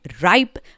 ripe